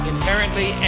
inherently